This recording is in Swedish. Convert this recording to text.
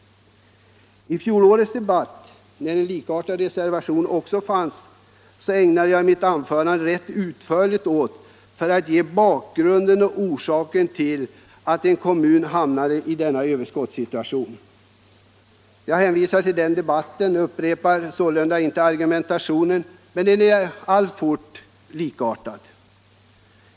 I fjolårets debatt — när en likartad reservation också fanns — ägnade jag mig rätt utförligt åt att ge bakgrunden och orsakerna till att en kommun hamnade i denna överskottssituation. Jag hänvisar till den debatten och upprepar sålunda inte argumentationen, men den är alltfort likartad.